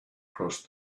crossed